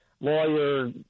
lawyer